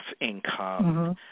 Income